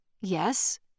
Yes